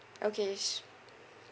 okays